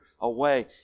away